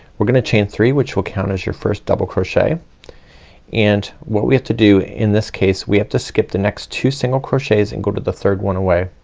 we're gonna chain three which will count as your first double crochet and what we have to do in this case, we have to skip the next two single crochets and go to the third one away.